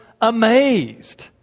amazed